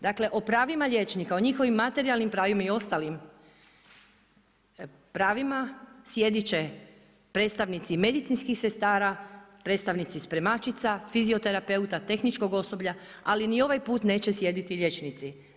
Dakle, o pravima liječnika, o njihovim materijalnim pravim i ostalim pravima, sjedit će predstavnici medicinskih sestara, predstavnici spremačica, fizioterapeuta,, tehničkog osoblja ali ni ovaj put neće sjediti liječnici.